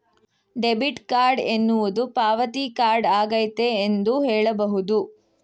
debit card ಎನ್ನುವುದು ಪಾವತಿ card ಆಗೈತೆ ಎಂದು ಹೇಳಬಹುದು